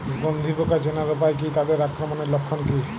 গন্ধি পোকা চেনার উপায় কী তাদের আক্রমণের লক্ষণ কী?